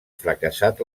fracassat